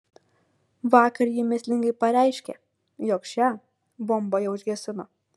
vakar jis mįslingai pareiškė jog šią bombą jau užgesino